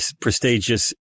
prestigious